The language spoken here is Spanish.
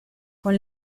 con